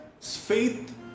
faith